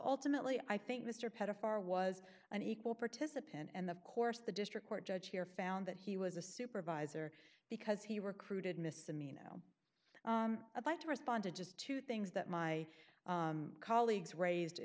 ultimately i think mr pett a far was an equal participant and of course the district court judge here found that he was a supervisor because he recruited misdemeanor i'd like to respond to just two things that my colleagues raised